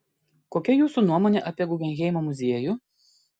kokia jūsų nuomonė apie guggenheimo muziejų